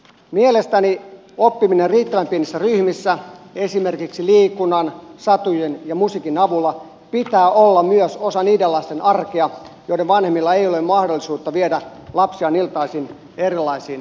mielestäni oppimisen riittävän pienissä ryhmissä esimerkiksi liikunnan satujen ja musiikin avulla pitää olla myös osa niiden lasten arkea joiden vanhemmilla ei ole mahdollisuutta viedä lapsiaan iltaisin erilaisiin harrastuksiin